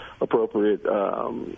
appropriate